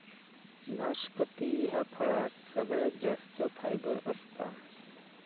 नाशपती ह्या फळात सगळ्यात जास्त फायबर असता